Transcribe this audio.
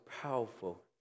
powerful